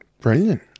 Brilliant